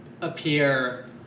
appear